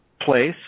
place